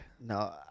no